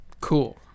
Cool